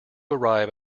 arrive